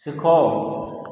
सिखो